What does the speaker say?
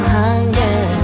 hunger